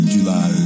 July